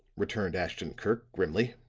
returned ashton-kirk grimly.